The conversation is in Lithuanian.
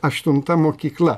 aštunta mokykla